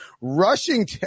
rushing